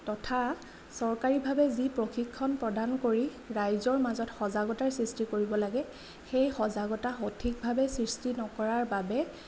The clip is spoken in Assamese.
তথা চৰকাৰীভাৱে যি প্ৰশিক্ষণ প্ৰদান কৰি ৰাইজৰ মাজত সজাগতাৰ সৃষ্টি কৰিব লাগে সেই সজাগতা সঠিকভাৱে সৃষ্টি নকৰাৰ বাবে